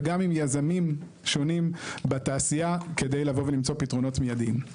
וגם עם יזמים שונים בתעשייה כדי לבוא ולמצוא פתרונות מידיים.